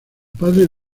padres